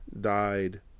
died